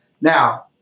Now